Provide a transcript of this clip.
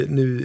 nu